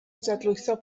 dadlwytho